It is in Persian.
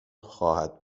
خواهد